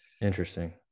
Interesting